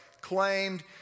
claimed